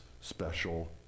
special